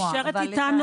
יש לכם